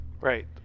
Right